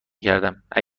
کردم؟ اگه